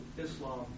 Islam